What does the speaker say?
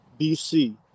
BC